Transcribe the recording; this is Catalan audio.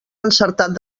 encertat